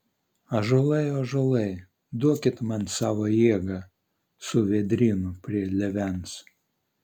ąžuolai ąžuolai duokit man savo jėgą su vėdrynu prie lėvens